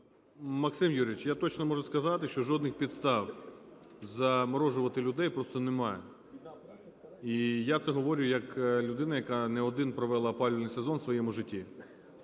Максиме Юрійовичу, я точно можу сказати, що жодних підстав заморожувати людей просто немає. І я це говорю як людина, яка не один провела опалювальний сезон у своєму житті.